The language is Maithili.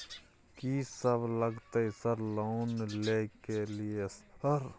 कि सब लगतै सर लोन ले के लिए सर?